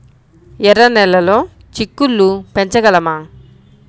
ఎర్ర నెలలో చిక్కుళ్ళు పెంచగలమా?